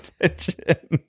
attention